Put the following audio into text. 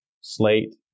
Slate